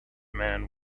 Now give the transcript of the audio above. man